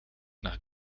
nach